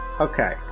Okay